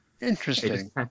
Interesting